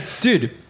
dude